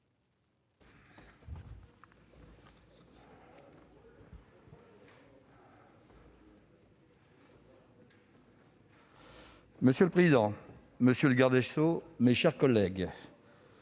Monsieur le président, monsieur le garde des sceaux, mes chers collègues,